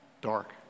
dark